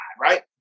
right